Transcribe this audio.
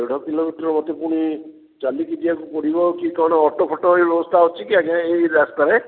ଦେଢ଼ କିଲୋମିଟର ବାଟ ପୁଣି ଚାଲିକି ଯିବାକୁ ପଡ଼ିବ କି କଣ ଅଟୋଫୋଟ ଏଇ ବ୍ୟବସ୍ଥା ଅଛି କି ଆଜ୍ଞା ଏଇ ରାସ୍ତାରେ